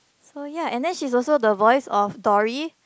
so ya and then she is also the voice of Dory